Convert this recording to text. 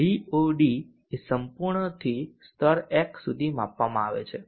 DoD એ સંપૂર્ણથી સ્તર x સુધી માપવામાં આવે છે